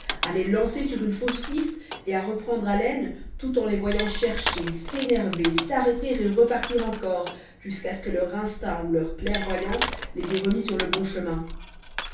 à les lancer sur une fausse piste et à reprendre haleine tout en les voyant chercher s'énerver s'arrêter et repartir encore jusqu'à ce que leur instinct ou leur clairvoyance les ait remis sur le bon chemin